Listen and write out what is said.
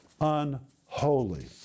unholy